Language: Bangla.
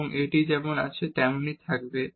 এবং এটি যেমন আছে তেমনই থাকবে